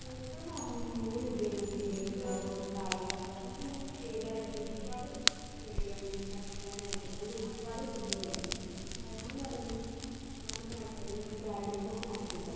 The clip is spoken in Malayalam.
പൂക്കൾ എന്ന് പറഞ്ഞു കഴിഞ്ഞാൽ ജമന്തി ബന്ദി അതുപോലെ തന്നെ ഡാലിയ അതുപോലെ തന്നെ ഏതാ പറയുക ഇപ്പം ഒരുപാട് ചെടികളുണ്ട് ഇപ്പം ടർട്ടിൽ വൈൻ ആയിക്കോട്ടെ അതുപോലെ ഒരുപാട് ചെടികൾ ഉണ്ട് ഇപ്പോൾ പഴങ്ങൾ എന്ന് പറഞ്ഞു കഴിഞ്ഞാൽ നമ്മൾ ഇപ്പോൾ നട്ടിരിക്കുന്നത് പറഞ്ഞാൽ ഡ്രാഗൺ ഫ്രൂട്ട് നട്ടിട്ടുണ്ട്